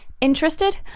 Interested